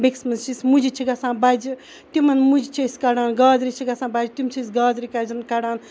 بیٚکِس مَنٛز چھِ أسۍ مُجہِ چھِ گَژھان بَجہِ تِمَن مُجہِ چھِ أسۍ کَڑان گازرِ چھِ گَژھان بَجہِ تِم چھِ أسۍ گازرِ کَڑان